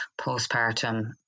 postpartum